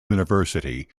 university